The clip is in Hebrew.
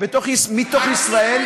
מתוך ישראל.